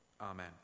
Amen